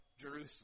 Jerusalem